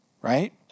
right